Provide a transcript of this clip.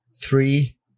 three